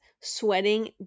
sweating